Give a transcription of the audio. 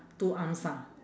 two arms ha